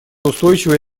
устойчивой